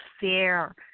fair